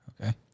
Okay